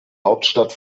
hauptstadt